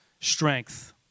strength